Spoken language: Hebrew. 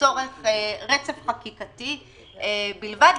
לצורך רצף חקיקתי בלבד,